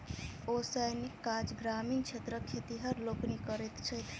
ओसौनीक काज ग्रामीण क्षेत्रक खेतिहर लोकनि करैत छथि